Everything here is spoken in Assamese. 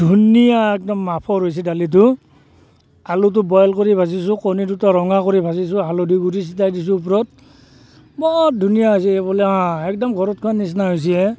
ধুনীয়া একদম মাফৰ হৈছে দালিটো আলুটো বইল কৰি ভাজিছোঁ কণী দুটা ৰঙা কৰি ভাজিছোঁ হালধি গুড়ি ছটিয়াই দিছোঁ ওপৰত বৰ ধুনীয়া হৈছে বোলো একদম ঘৰত খোৱা নিচিনা হৈছে হে